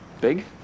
Big